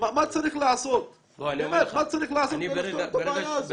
מה צריך לעשות כדי לפתור את הבעיה הזאת?